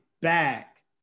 back